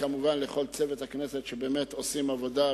כמובן לכל צוות הכנסת שבאמת עושים עבודה,